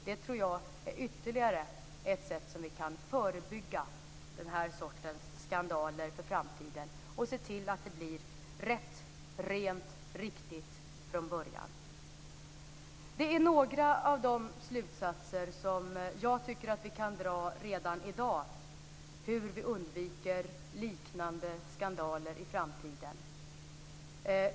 Jag tror att detta är ytterligare ett sätt att förebygga den här sortens skandaler i framtiden och se till att det blir rätt, rent och riktigt från början. Detta är några av de slutsatser som jag tycker att vi kan dra redan i dag vad gäller hur vi undviker liknande skandaler i framtiden.